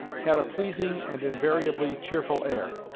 had a pleasing and invariably cheerful air.